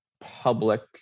public